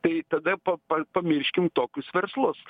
tai tada pa pa pamirškim tokius verslus